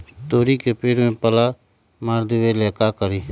तोड़ी के पेड़ में पल्ला मार देबे ले का करी?